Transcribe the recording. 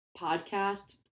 podcast